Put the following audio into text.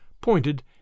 pointed